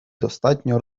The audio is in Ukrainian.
достатньо